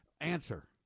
Answer